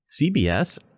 CBS